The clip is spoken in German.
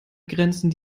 grenzen